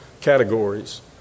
categories